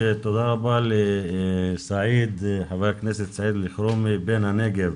תודה רבה לח"כ סעיד אלחרומי בן הנגב,